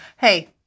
Hey